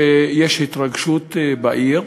שיש התרגשות בעיר,